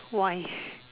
why